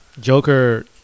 Joker